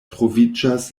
troviĝas